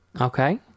okay